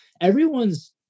everyone's